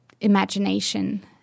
imagination